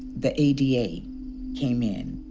the ada came in,